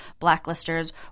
blacklisters